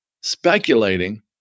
speculating